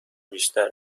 بیشتر